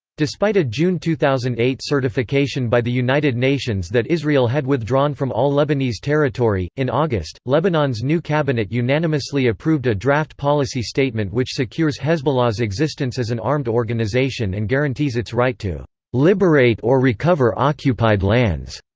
despite a june two thousand and eight certification by the united nations that israel had withdrawn from all lebanese territory, in august, lebanon's new cabinet unanimously approved a draft policy statement which secures hezbollah's existence as an armed organization and guarantees its right to liberate or recover occupied lands.